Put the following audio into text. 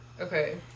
Okay